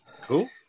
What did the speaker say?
cool